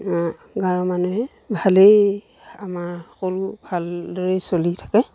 গাঁৱৰ মানুহে ভালেই আমাৰ সকলো ভালদৰেই চলি থাকে